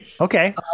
okay